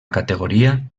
categoria